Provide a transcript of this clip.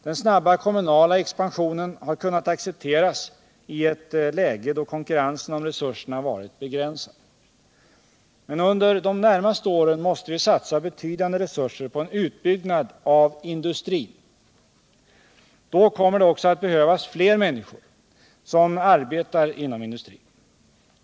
Den snabba kommunala expansionen har kunnat accepteras i ett läge då konkurrensen om resurserna varit begränsad. Men under de närmaste åren måste vi satsa betydande resurser på en utbyggnad av industrin. Då kommer det också att behövas fler människor som arbetar inom industrin.